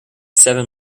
seven